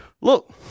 Look